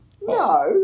No